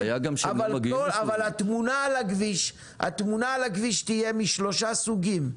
אבל התמונה על הכביש תהיה משלושה סוגים,